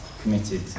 committed